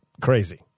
crazy